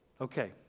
Okay